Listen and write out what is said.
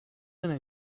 seen